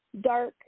dark